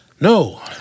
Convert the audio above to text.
No